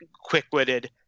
quick-witted